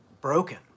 broken